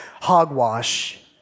hogwash